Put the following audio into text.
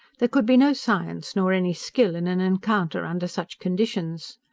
there could be no science nor any skill in an encounter under such conditions.